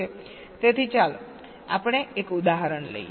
તેથી ચાલો આપણે એક ઉદાહરણ લઈએ